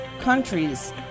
countries